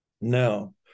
Now